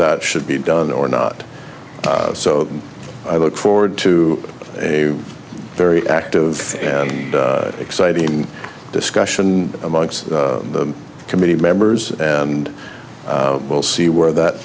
that should be done or not so i look forward to a very active and exciting discussion amongst the committee members and we'll see where that